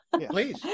Please